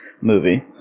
movie